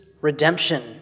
redemption